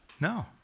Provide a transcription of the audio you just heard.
No